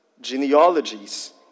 genealogies